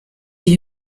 die